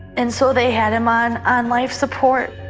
and so they had him on on life support.